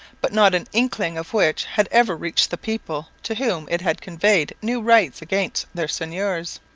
but not an inkling of which had ever reached the people to whom it had conveyed new rights against their seigneurs.